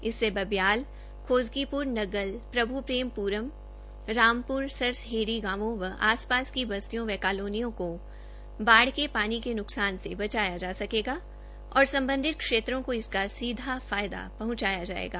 इससे बब्याल खोजकीप्र नग्गल प्रभ् प्रेम प्रम रामप्र सरसहेड़ी गांवों व आस पास बस्तियों व कालोनियों को बाढ़ के पानी के न्कसान से बचाया जा सकेगा और सम्बन्धित क्षेत्रों को इसका सीधा फायदा पंहचेगा